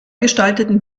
gestalteten